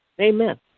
Amen